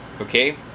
okay